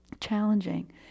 challenging